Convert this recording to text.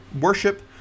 worship